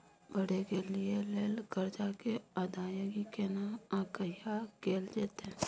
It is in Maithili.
पढै के लिए लेल कर्जा के अदायगी केना आ कहिया कैल जेतै?